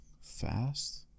fast